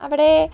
അവിടെ